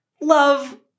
love